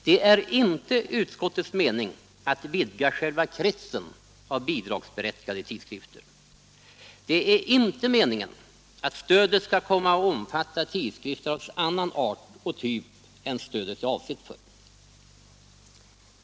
Det är inte utskottets avsikt att vidga själva kretsen av bidragsberättigade tidskrifter. Det är inte meningen att stödet skall komma att omfatta tidskrifter av annan art och typ än det är avsett för.